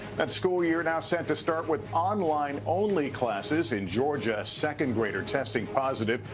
that school year now set to start with online only classes. in georgia a second grader testing positive.